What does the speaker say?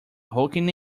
honking